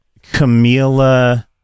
camila